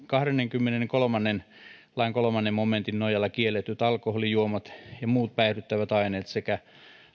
kahdennenkymmenennenkolmannen pykälän kolmannen momentin nojalla kielletyt alkoholijuomat ja muut päihdyttävät aineet sekä